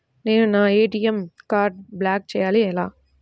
నేను నా ఏ.టీ.ఎం కార్డ్ను బ్లాక్ చేయాలి ఎలా?